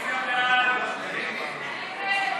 סעיף 1,